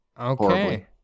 Okay